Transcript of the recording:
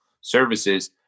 services